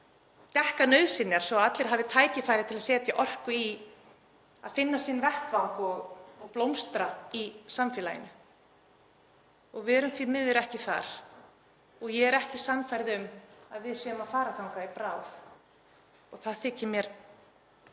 dekka nauðsynjar svo að allir hafi tækifæri til að setja orku í að finna sinn vettvang og blómstra í samfélaginu. Við erum því miður ekki þar. Ég er ekki sannfærð um að við séum að fara þangað í bráð og það þykir mér